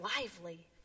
lively